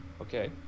Okay